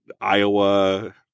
Iowa